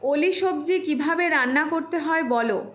ওলি সবজি কীভাবে রান্না করতে হয় বলো